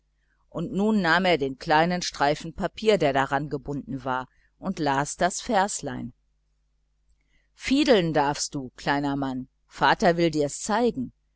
und nun nahm er den kleinen streifen papier der daran gebunden war und las das verschen fideln darfst du kleiner mann vater will dir's zeigen